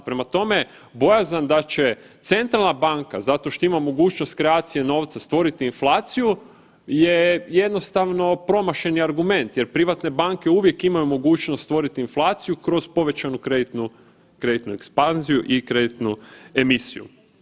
Prema tome, bojazan da će centralna banka zato što ima mogućnost kreacije novca stvoriti inflaciju je jednostavno promašeni argument jer privatne banke uvijek imaju mogućnost stvoriti inflaciju kroz povećanju kreditu, kreditnu ekspanziju i kreditnu emisiju.